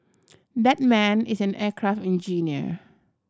that man is an aircraft engineer